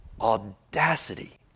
audacity